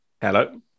Hello